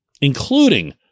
including